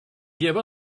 give